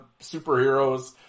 superheroes